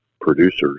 producers